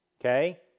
okay